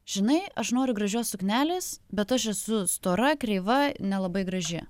žinai aš noriu gražios suknelės bet aš esu stora kreiva nelabai graži